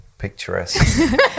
Picturesque